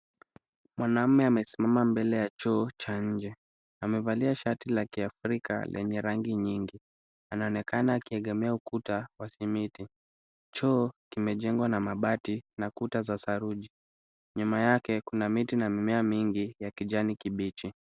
Mwanamme amesimama mbele ya choo cha nje , amevalia shati la kiafrika lenye rangi nyingi ,anaonekana akiegemea ukuta wa simiti, choo kimejengwa na mabati na kuta za saruji .Nyuma yake kuna miti na mimea mingi ya kijani kibichi.